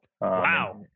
wow